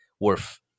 worth